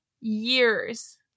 years